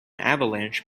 avalanche